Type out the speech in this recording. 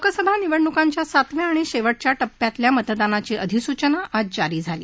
लोकसभा निवडणुकांच्या सातव्या आणि शक्तटेच्या टप्प्यातल्या मतदानाची अधिसुचना आज जारी झाली